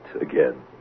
again